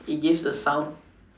it gives the sound